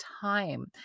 time